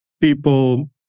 people